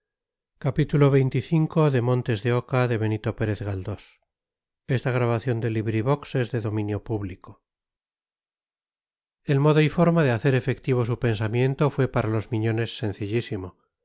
el modo y forma de hacer efectivo su pensamiento fue para los miñones sencillísimo